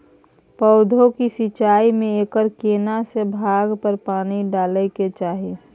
पौधों की सिंचाई में एकर केना से भाग पर पानी डालय के चाही?